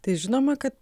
tai žinoma kad